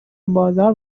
بازار